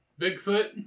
Bigfoot